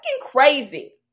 crazy